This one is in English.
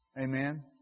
Amen